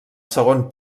segon